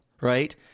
right